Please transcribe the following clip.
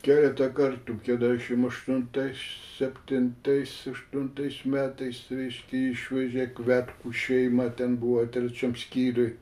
keletą kartų keturiasdešim aštuntais septintais aštuntais metais reiškia išvežė kvetkų šeimą ten buvo trečiam skyriuj